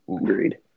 Agreed